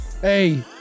Hey